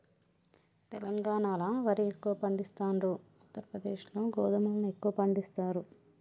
తెలంగాణాల వరి ఎక్కువ పండిస్తాండ్రు, ఉత్తర ప్రదేశ్ లో గోధుమలను ఎక్కువ పండిస్తారు